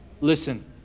Listen